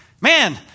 man